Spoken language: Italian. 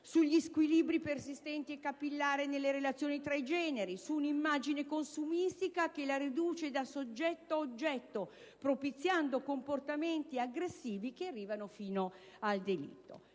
sugli squilibri persistenti e capillari nelle relazioni tra i generi, su un'immagine consumistica che la riduce da soggetto a oggetto, propiziando comportamenti aggressivi che arrivano fino al delitto.